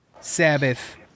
Sabbath